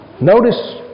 notice